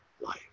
life